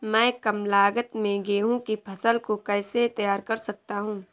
मैं कम लागत में गेहूँ की फसल को कैसे तैयार कर सकता हूँ?